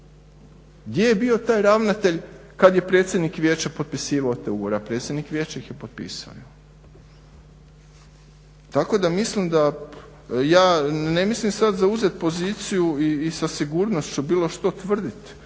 Gdje je bio taj ravnatelj kad je predsjednik vijeća potpisivao te ugovore, a predsjednik vijeća ih je potpisao. Tako da mislim da ja ne mislim sada zauzet poziciju i sa sigurnošću bilo što tvrditi